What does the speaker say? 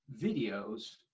videos